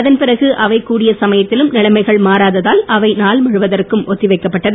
அதன் பிறகு அவை கூடிய சமயத்திலும் நிலைமைகள் மாறாத்தால் அவை நாள் முழுவதற்கும் ஒத்தி வைக்கப்பட்டது